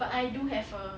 but I do have a